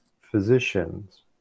physicians